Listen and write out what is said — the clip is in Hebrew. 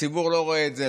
הציבור לא רואה את זה,